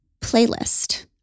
playlist